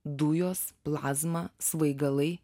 dujos plazmą svaigalai